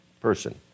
person